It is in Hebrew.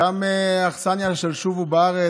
וגם לאכסניה של "שובו" בארץ.